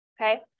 Okay